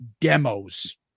demos